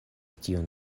tiun